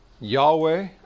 Yahweh